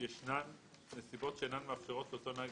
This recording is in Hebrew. ישנן נסיבות שאינן מאפשרות שאותו נהג